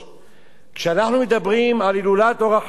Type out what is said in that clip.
אנחנו מדברים על הילולת "אור החיים" הקדוש.